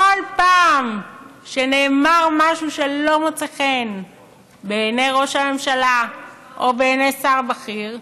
בכל פעם שנאמר משהו שלא מוצא חן בעיני ראש הממשלה או בעיני שר בכיר,